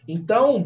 Então